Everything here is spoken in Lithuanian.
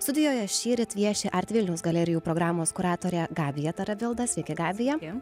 studijoje šįryt vieši arti vilniaus galerijų programos kuratorė gabija tarabilda sakė gabija